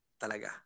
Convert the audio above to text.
talaga